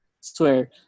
swear